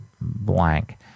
blank